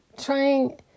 Trying